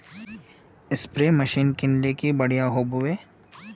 Spray machine किनले की बढ़िया होबवे?